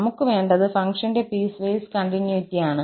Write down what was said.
നമുക്ക് വേണ്ടത് ഫംഗ്ഷന്റെ പീസ്വേസ് കണ്ടിന്യൂറ്റിയാണ്